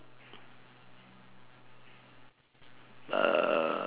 uh